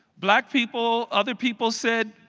black people, other people said,